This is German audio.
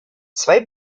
zwei